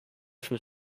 from